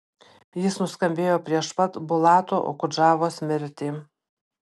jis nuskambėjo prieš pat bulato okudžavos mirtį